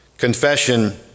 Confession